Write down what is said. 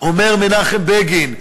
אומר מנחם בגין,